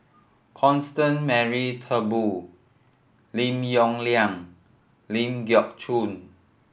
Constance Mary Turnbull Lim Yong Liang Ling Geok Choon